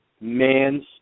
man's